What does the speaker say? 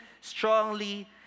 strongly